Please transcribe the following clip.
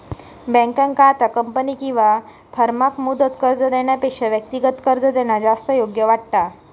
बँकेंका आता कंपनी किंवा फर्माक मुदत कर्ज देण्यापेक्षा व्यक्तिगत कर्ज देणा जास्त योग्य वाटता